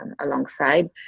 alongside